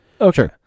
Okay